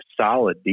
solid